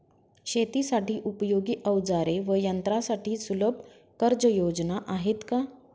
शेतीसाठी उपयोगी औजारे व यंत्रासाठी सुलभ कर्जयोजना आहेत का?